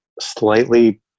slightly